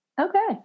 Okay